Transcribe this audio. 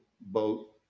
boat